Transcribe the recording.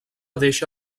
deixa